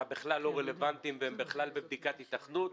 בכלל לא רלוונטיים והם בכלל בבדיקת היתכנות.